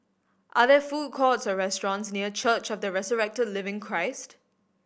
are there food courts or restaurants near Church of the Resurrected Living Christ